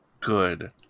Good